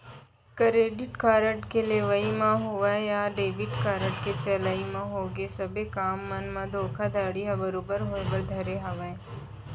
credit card के लेवई म होवय या डेबिट कारड के चलई म होगे सबे काम मन म धोखाघड़ी ह बरोबर होय बर धरे हावय